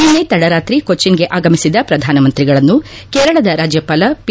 ನಿನ್ನೆ ತಡರಾತ್ರಿ ಕೊಳ್ಳನ್ಗೆ ಆಗಮಿಸಿದ ಪ್ರಧಾನಮಂತ್ರಿಗಳನ್ನು ಕೇರಳದ ರಾಜ್ಯಪಾಲ ಪಿ